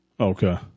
Okay